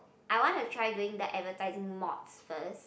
I want to try doing the advertising mods first